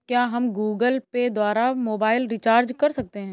क्या हम Google Pay द्वारा मोबाइल रिचार्ज कर सकते हैं?